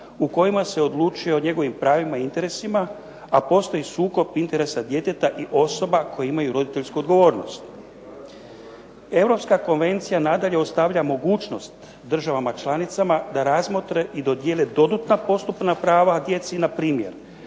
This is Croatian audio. u kojima se odlučuje o njegovim pravima i interesima, a postoji sukob interesa djeteta i osoba koje imaju roditeljsku odgovornost. Europska konvencija nadalje ostavlja mogućnost državama članicama da razmotre i dodjele dodatna postupna prava djeci, npr.